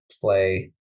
play